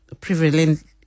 prevalent